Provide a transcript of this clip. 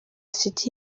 city